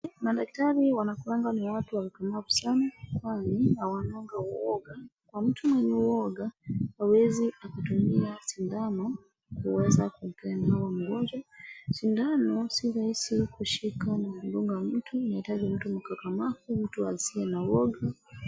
Madaktari wanakuanga ni watu wakakamavu sana kwani hawananga uwoga. Kwa mtu mwenye uwoga hawezi akatumia sindano kuweza kupea dawa mgonjwa. Sindano sii rahisi kushika na kudunga mtu, inahitaji mtu mkakamavu, mtu asiye na uoga.